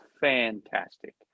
fantastic